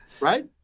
Right